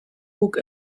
guk